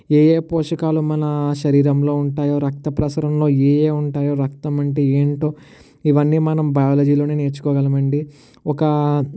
ఏయే పోషకాలు మన శరీరంలో ఉంటాయో రక్తప్రసరణలో ఏయే ఉంటాయో రక్తం అంటే ఏంటో ఇవన్నీ మనం బయాలజీలోనే నేర్చుకోగలము అండి ఒక